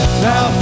now